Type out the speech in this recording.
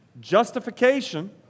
justification